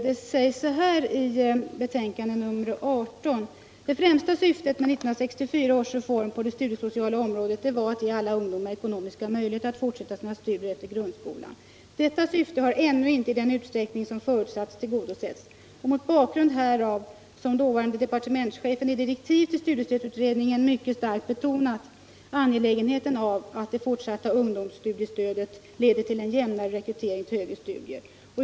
Det sägs i betänkandet 1976/77:18: ”Det främsta syftet med 1964 års reform på det studiesociala området var att ge alla ungdomar ekonomiska möjligheter att fortsätta sina studier efter grundskolan. Detta syfte har ännu inte i den utsträckning som förutsatts tillgodosetts. Det är mot bakgrunden härav som dåvarande departementschefen i direktiv till studiestödsutredningen mycket starkt betonat angelägenheten av att det fortsatta ungdomsstudiestödet leder till en jämnare rekrytering till högre studier.